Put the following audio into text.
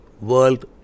world